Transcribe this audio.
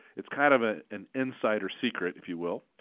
it's kind of ah an insider secret if you will,